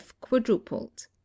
quadrupled